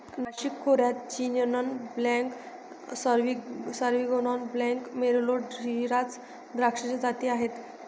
नाशिक खोऱ्यात chenin blanc, sauvignon blanc, merlot, shiraz द्राक्षाच्या जाती आहेत